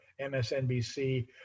MSNBC